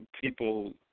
people